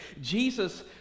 Jesus